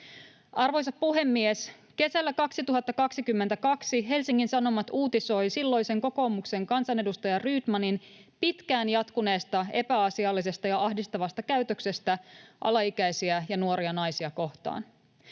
Arvoisa puhemies! Kesällä 2022 Helsingin Sanomat uutisoi silloisen kokoomuksen kansanedustaja Rydmanin pitkään jatkuneesta epäasiallisesta ja ahdistavasta käytöksestä alaikäisiä ja nuoria naisia kohtaan.